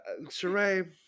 Sheree